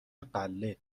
غله